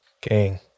gang